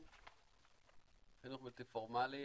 חינוך בלתי פורמלי.